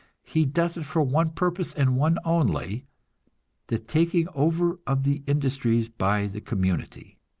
he does it for one purpose, and one only the taking over of the industries by the community.